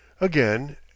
Again